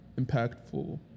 impactful